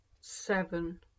Seven